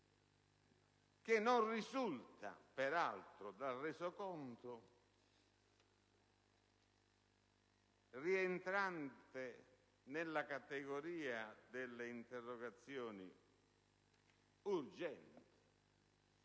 non risulta peraltro come rientrante nella categoria delle interrogazioni urgenti.